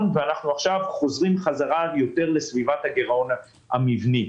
ואנחנו עכשיו חוזרים בחזרה יותר לסביבת הגירעון המבני.